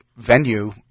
Venue